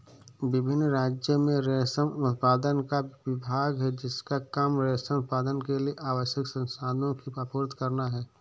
विभिन्न राज्यों में रेशम उत्पादन का विभाग है जिसका काम रेशम उत्पादन के लिए आवश्यक संसाधनों की आपूर्ति करना है